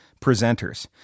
presenters